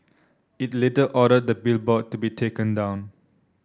it later ordered the billboard to be taken down